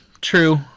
true